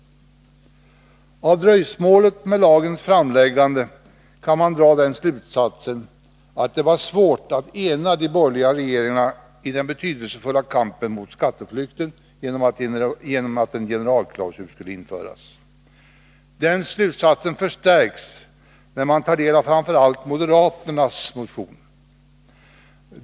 Av dröjsmålet med lagens framläggande kan man dra den slutsatsen att det var svårt att ena de borgerliga regeringarna i den betydelsefulla kampen mot skatteflykten genom en generalklausul. Den slutsatsen förstärks när man tar del av framför allt moderaternas motion.